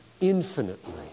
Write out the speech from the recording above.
infinitely